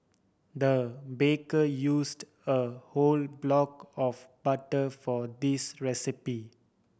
the baker used a whole block of butter for this recipe